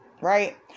right